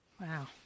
Wow